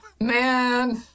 man